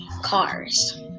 cars